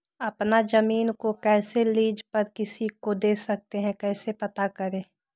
अपना जमीन को कैसे लीज पर किसी को दे सकते है कैसे पता करें?